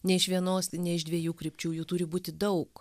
ne iš vienos nei iš dviejų krypčių jų turi būti daug